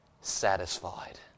satisfied